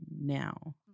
now